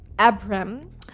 Abram